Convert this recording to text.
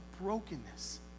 brokenness